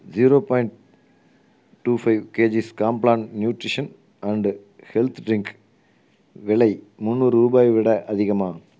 zero point two five kgs Complan nutrition and health drink விலை முன்னூறு ரூபாய் விட அதிகமா